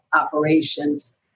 operations